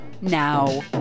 now